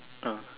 ah